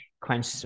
quench